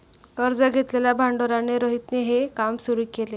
कर्ज घेतलेल्या भांडवलाने रोहितने हे काम सुरू केल